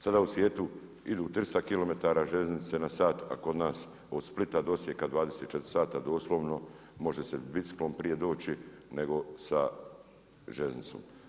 Sada u svijetu idu 300 kilometara željeznice na sat, a kod nas od Splita do Osijeka 24 sata doslovno, može se biciklom prije doći, nego sa željeznicom.